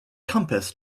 compass